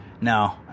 No